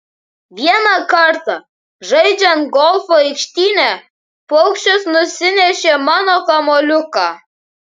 vieną kartą žaidžiant golfą aikštyne paukštis nusinešė mano kamuoliuką